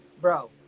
bro